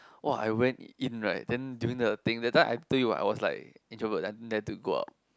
!wah! I went in right then during the thing that time I told I told you what I was like introvert don't dare to go out